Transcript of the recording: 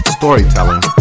storytelling